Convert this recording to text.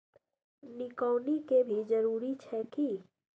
निकौनी के भी जरूरी छै की?